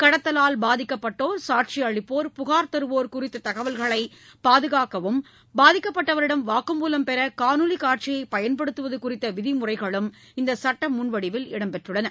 கடத்தலால் பாதிக்கப்பட்டோர் சாட்சிஅளிப்போர் புகார் தருவோர் குறித்த தகவல்களை பாதுகாக்கவும் பாதிக்கப்பட்டவரிடம் வாக்குமூலம் பெற காணொலி காட்சியை பயன்படுத்துவது குறித்த விதிமுறைகளும் இந்தச் சுட்ட முடிவில் இடம் பெற்றுள்ளன